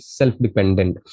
self-dependent